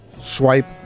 swipe